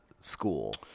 school